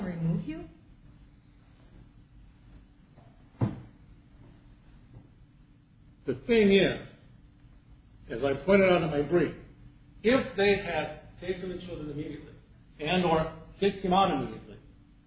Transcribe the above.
room